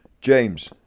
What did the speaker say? James